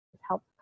help